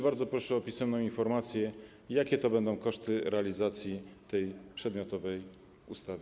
Bardzo proszę o pisemną informację, jakie będą koszty realizacji tej przedmiotowej ustawy.